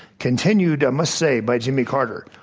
continued i must say by jimmy carter,